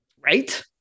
Right